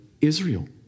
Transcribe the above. Israel